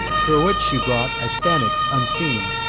thro' which she brought astyanax, unseen,